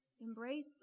embrace